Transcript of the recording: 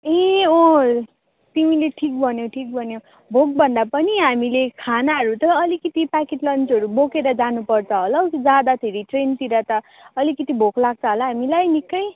ए अँ तिमीले ठिक भन्यौ ठिक भन्यौ भोकभन्दा पनि हामीले खानाहरू त अलिकति प्याकेट लन्चहरू बोकेर जानुपर्छ होला हौ जाँदा फेरि ट्रेनतिर त अलिकति भोक लाग्छ होला हामीलाई निकै